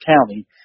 county